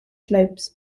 slopes